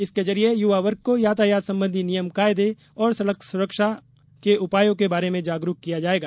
इसके जरिये युवा वर्ग को यातायात संबंधी नियम कायदे और सड़क सुरक्षा के उपायों के बारे में जागरूक किया जायेगा